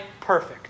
perfect